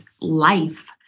life